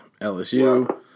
LSU